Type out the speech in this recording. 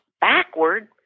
backward